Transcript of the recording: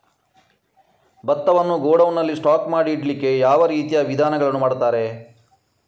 ಭತ್ತವನ್ನು ಗೋಡೌನ್ ನಲ್ಲಿ ಸ್ಟಾಕ್ ಮಾಡಿ ಇಡ್ಲಿಕ್ಕೆ ಯಾವ ರೀತಿಯ ವಿಧಾನಗಳನ್ನು ಮಾಡ್ತಾರೆ?